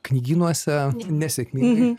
knygynuose nesėkmingai